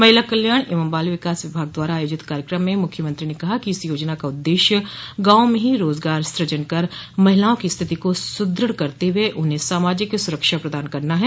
महिला कल्याण एवं बाल विकास विभाग द्वारा आयोजित कार्यक्रम में मुख्यमंत्री ने कहा कि इस योजना का उद्देश्य गांवों में ही रोजगार सृजन कर महिलाओं की स्थिति को सुदृढ़ करते हुये उन्हे सामाजिक सुरक्षा प्रदान करना है